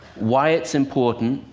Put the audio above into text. why it's important,